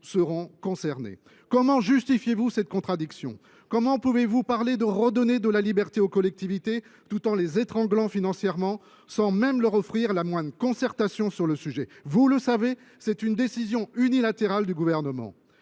seront concernés. Comment justifiez vous cette contradiction ? Comment pouvez vous parler de redonner de la liberté aux collectivités territoriales tout en les étranglant financièrement, sans même leur offrir la moindre concertation sur le sujet ? Vous le savez, c’est là une décision unilatérale du Gouvernement.